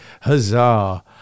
Huzzah